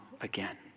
again